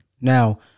Now